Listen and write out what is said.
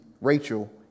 Rachel